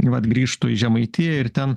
vat grįžtų į žemaitiją ir ten